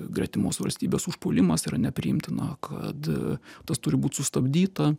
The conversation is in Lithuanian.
gretimos valstybės užpuolimas yra nepriimtina kad tas turi būt sustabdyta